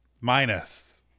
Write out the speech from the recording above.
Minus